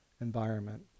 environment